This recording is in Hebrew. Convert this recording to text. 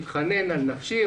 מתחנן על נפשי,